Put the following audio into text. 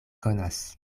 konas